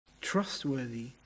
Trustworthy